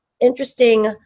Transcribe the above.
interesting